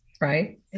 right